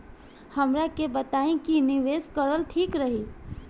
हमरा के बताई की निवेश करल ठीक रही?